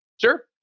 Sure